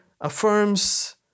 affirms